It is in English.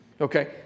Okay